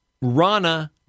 Rana